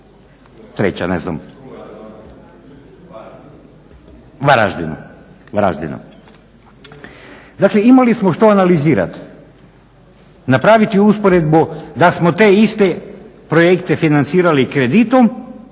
treća ne znam Varaždinu. Dakle imali smo što analizirati. Napraviti usporedbu da smo te iste projekte financirali kreditom,